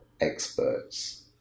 experts